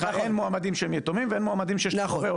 אין מועמדים שהם יתומים ואין מועמדים שיש לו הורה,